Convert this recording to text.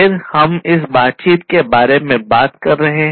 फिर हम इस बातचीत के बारे में बात कर रहे हैं